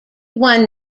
won